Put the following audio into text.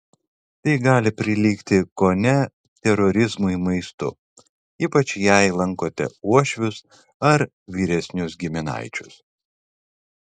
tai gali prilygti kone terorizmui maistu ypač jei lankote uošvius ar vyresnius giminaičius